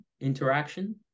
interaction